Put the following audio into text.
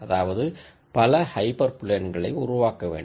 அதாவது பல ஹைப்பர் பிளேன்களை உருவாக்கவேண்டும்